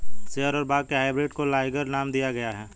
शेर और बाघ के हाइब्रिड को लाइगर नाम दिया गया है